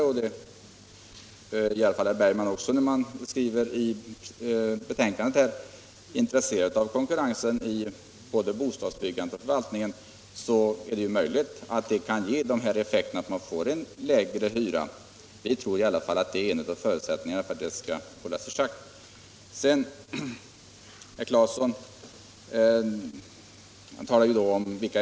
Och jag är angelägen om att understryka att vi är intresserade av en sådan konkurrens — det framgår av betänkandet att detta gäller även herr Bergman. Vi tror i alla fall att det är en av förutsättningarna för att kostnadsutvecklingen skall hållas i schack.